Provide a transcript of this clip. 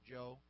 Joe